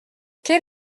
quel